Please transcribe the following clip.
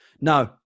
No